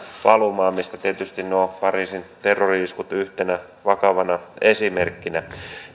valumaan mistä tietysti ovat nuo pariisin terrori iskut yhtenä vakavana esimerkkinä